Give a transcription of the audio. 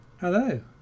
Hello